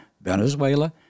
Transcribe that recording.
Venezuela